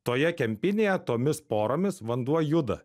toje kempinėje tomis poromis vanduo juda